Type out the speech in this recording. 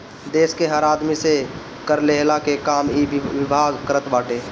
देस के हर आदमी से कर लेहला के काम इ विभाग करत बाटे